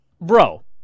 Bro